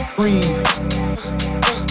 Breathe